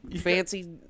fancy